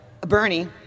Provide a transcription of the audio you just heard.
Bernie